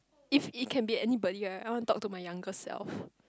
if it can be anybody right I want to talk to my younger self